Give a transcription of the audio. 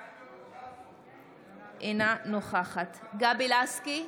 אינה נוכחת גבי לסקי,